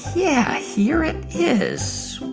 yeah. here it is.